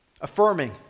affirming